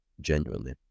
Genuinely